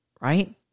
right